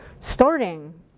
starting